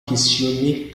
questionné